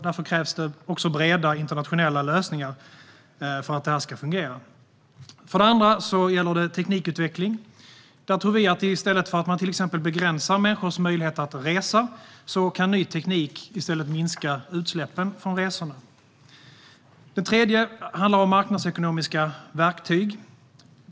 Därför krävs breda internationella lösningar för att detta ska fungera. Det andra gäller teknikutveckling. Vi tror att i stället för att man till exempel begränsar människors möjlighet att resa kan ny teknik minska utsläppen från resorna. Det tredje handlar om marknadsekonomiska verktyg.